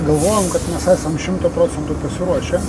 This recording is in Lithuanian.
galvojom kad mes esam šimtu procentų pasiruošę